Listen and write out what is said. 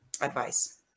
advice